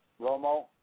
Romo